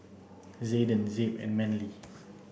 Zayden Zeb and Manley